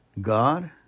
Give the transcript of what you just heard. God